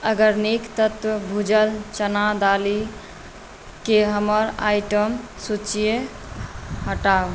organic तत्त्व भुजल चना दालिकेँ हमर आइटम सूची हटाउ